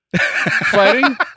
fighting